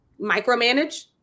micromanage